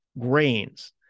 grains